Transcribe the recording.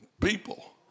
people